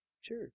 Sure